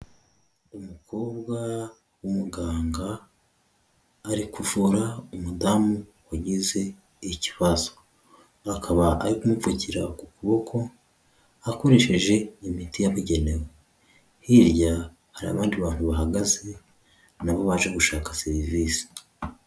Umukobwa w'umuganga arikuvura umudamu wagize ikibazo akaba ari kumupfukira ku kuboko akoresheje imiti yabugenewe hirya hari abandi bantu bahagaze nabo baje gushaka serivisi.